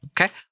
Okay